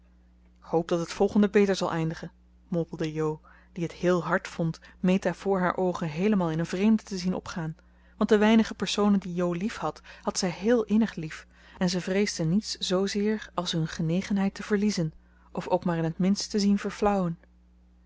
hoop dat het volgende beter zal eindigen mompelde jo die het heel hard vond meta voor haar oogen heelemaal in een vreemde te zien opgaan want de weinige personen die jo liefhad had zij héél innig lief en ze vreesde niets zoozeer als hun genegenheid te verliezen of ook maar in het minst te zien